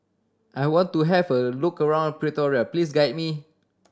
I want to have a look around Pretoria please guide me